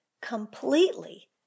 completely